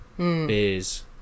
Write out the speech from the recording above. Beers